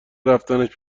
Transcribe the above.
رفتنش